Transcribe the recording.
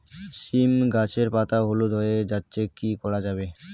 সীম গাছের পাতা হলুদ হয়ে যাচ্ছে কি করা যাবে?